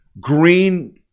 green